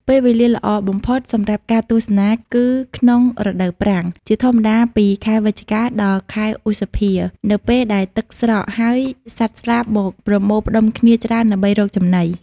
ពេលវេលាល្អបំផុតសម្រាប់ការទស្សនាគឺក្នុងរដូវប្រាំង ជាធម្មតាពីខែវិច្ឆិកា ដល់ខែឧសភា នៅពេលដែលទឹកស្រក ហើយសត្វស្លាបមកប្រមូលផ្តុំគ្នាច្រើនដើម្បីរកចំណី។